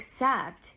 accept